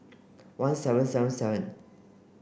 one seven seven seven